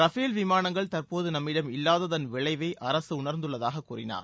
Rafale விமானங்கள் தற்போது நம்மிடம் இல்லாததன் விளைவை அரசு உணர்ந்துள்ளதாகக் கூறினார்